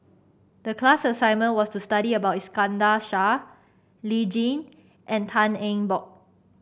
the class assignment was to study about Iskandar Shah Lee Tjin and Tan Eng Bock